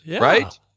right